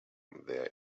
there